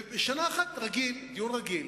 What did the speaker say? ושנה אחת דיון רגיל.